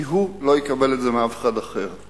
כי הוא לא יקבל את זה מאף אחד אחר.